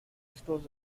stores